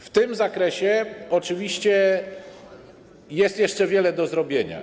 W tym zakresie oczywiście jest jeszcze wiele do zrobienia.